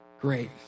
Great